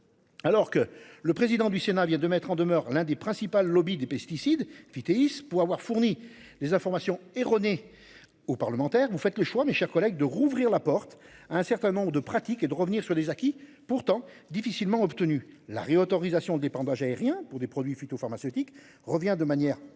Alors que le président du Sénat vient de mettre en demeure l'un des principal lobby des pesticides Pittis pour avoir fourni des informations erronées. Ou parlementaires, vous faites le choix. Mes chers collègues de rouvrir la porte à un certain nombre de pratiques et de revenir sur des acquis pourtant difficilement obtenu la réautorisation d'épandage aérien pour des produits phytopharmaceutiques revient de manière incompréhensible